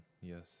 Yes